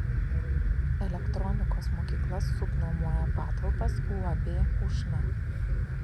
elektronikos mokykla subnuomoja patalpas uab ušna